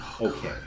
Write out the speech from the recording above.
okay